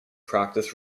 practiced